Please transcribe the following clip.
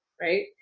right